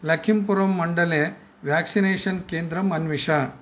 लखिम्पुर् मण्डले व्याक्सिनेषन् केन्द्रम् अन्विष